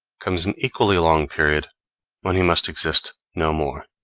comes an equally long period when he must exist no more.